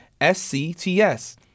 SCTS